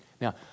Now